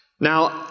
Now